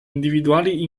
individuali